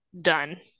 done